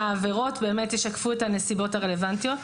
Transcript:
שהעבירות באמת ישקפו את הנסיבות הרלוונטיות.